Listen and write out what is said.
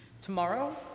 Tomorrow